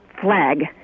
flag